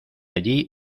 allí